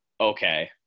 okay